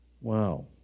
Wow